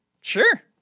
Sure